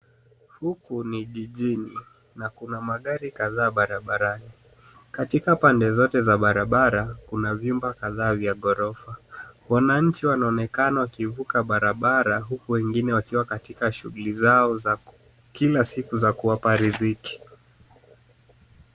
Huku ni jijini na kuna magari kadhaa katika barabarani. Katika pande zote za barabara kuna vyumba kadhaa vya ghorofa. Wananchi wanaonekana wakivuka barabara uku wengine wakiwa katika shughuli zao za kila siku za kuwapa riziki.